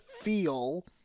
feel